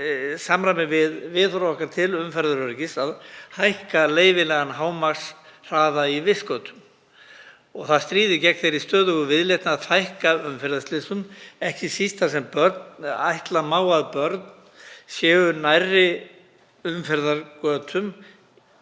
samræmi við viðhorf okkar til umferðaröryggis að hækka leyfilegan hámarkshraða í vistgötum. Það stríðir gegn þeirri stöðugu viðleitni að fækka umferðarslysum, ekki síst þar sem ætla má að börn séu nærri umferðargötum,